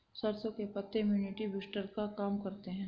सरसों के पत्ते इम्युनिटी बूस्टर का काम करते है